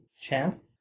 chance